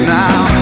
now